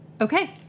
Okay